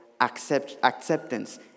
acceptance